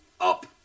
up